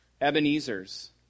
Ebenezer's